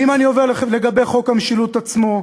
ואם אני עובר לגבי חוק המשילות עצמו,